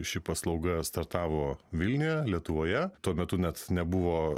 ši paslauga startavo vilniuje lietuvoje tuo metu net nebuvo